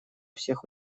всех